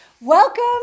welcome